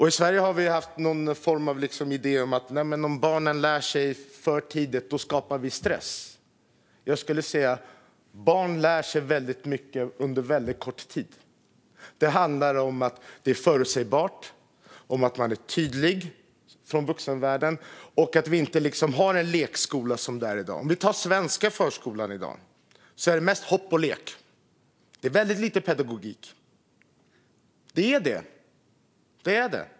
I Sverige har vi haft någon form av idé om att det skapar stress om barnen lär sig för tidigt. Jag skulle säga att barn lär sig väldigt mycket under väldigt kort tid. Det handlar om att det är förutsägbart, att man är tydlig från vuxenvärlden och att vi inte har en lekskola, som det är i dag. I den svenska förskolan är det i dag mest hopp och lek. Det är väldigt lite pedagogik. Så är det.